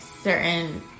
certain